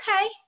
Okay